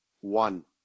one